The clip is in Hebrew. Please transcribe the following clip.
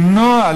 למנוע,